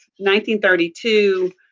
1932